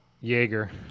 Jaeger